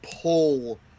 pull